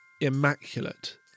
Immaculate